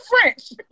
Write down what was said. French